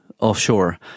Offshore